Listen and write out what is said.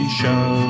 show